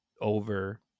over